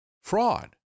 fraud